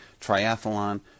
triathlon